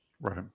Right